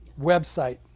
website